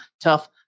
Tough